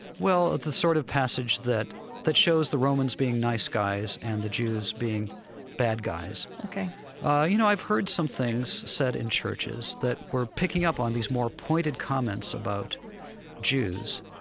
well, ah the sort of passage that that shows the romans being nice guys and the jews being bad guys. ah you know, i've heard some things said in churches that were picking up on these more pointed comments about jews,